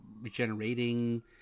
regenerating